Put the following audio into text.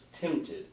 tempted